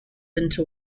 into